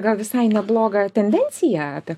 gal visai neblogą tendenciją apie